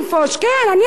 אני חברת כנסת,